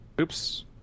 Oops